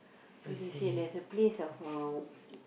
then they say there's a place of uh